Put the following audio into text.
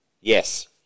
Yes